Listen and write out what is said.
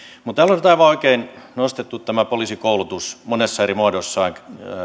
on nyt aivan oikein nostettu tämä poliisikoulutus monessa eri muodossaan